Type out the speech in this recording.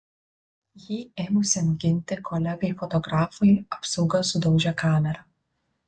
jį ėmusiam ginti kolegai fotografui apsauga sudaužė kamerą